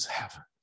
heaven